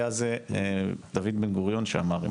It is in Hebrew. היה זה דוד בן-גוריון שאמר,